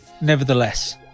Nevertheless